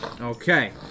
Okay